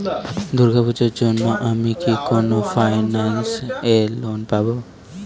দূর্গা পূজোর জন্য আমি কি কোন ফাইন্যান্স এ লোন পাবো?